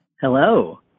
Hello